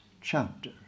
chapter